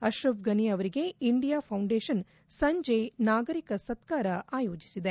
ಅಕ್ರಫ್ ಫನಿ ಅವರಿಗೆ India foundation ಸಂಜೆ ನಾಗರಿಕ ಸತ್ತಾರ ಆಯೋಜಿಸಿದೆ